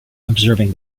observing